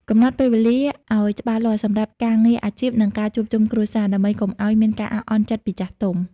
កំណត់ពេលវេលាឱ្យច្បាស់លាស់សម្រាប់ការងារអាជីព និងការជួបជុំគ្រួសារ ដើម្បីកុំឱ្យមានការអាក់អន់ចិត្តពីចាស់ទុំ។